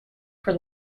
for